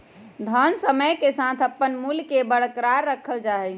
धन समय के साथ अपन मूल्य के बरकरार रखल जा हई